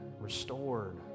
restored